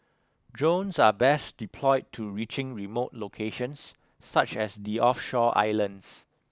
drones are best deployed to reaching remote locations such as the offshore islands